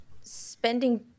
spending